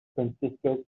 francisco